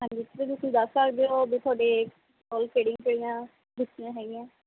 ਹਾਂਜੀ ਸਰ ਤੁਸੀਂ ਦੱਸ ਸਕਦੇ ਹੋ ਵੀ ਤੁਹਾਡੇ ਕੋਲ਼ ਕਿਹੜੀਆਂ ਕਿਹੜੀਆਂ ਜੁੱਤੀਆਂ ਹੈਗੀਆਂ